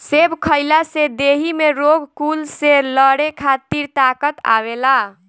सेब खइला से देहि में रोग कुल से लड़े खातिर ताकत आवेला